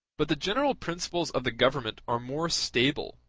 but the general principles of the government are more stable,